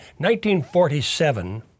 1947